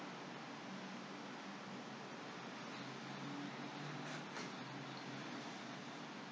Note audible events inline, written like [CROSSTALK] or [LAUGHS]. [LAUGHS]